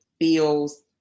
feels